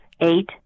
eight